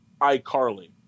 iCarly